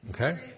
Okay